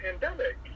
pandemic